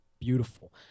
beautiful